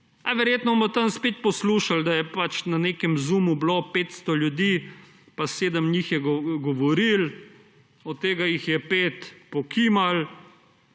Verjetno bomo tam spet poslušali, da je pač bilo na nekem zoomu 500 ljudi pa sedem njih je govorilo, od tega jih je pet pokimalo,